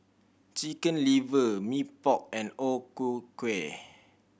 Chicken Liver Mee Pok and O Ku Kueh